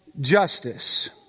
justice